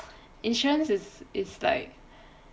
insurance is is like